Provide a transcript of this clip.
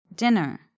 Dinner